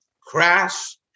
crash